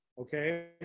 okay